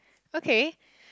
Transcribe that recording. okay